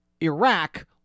Iraq